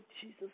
Jesus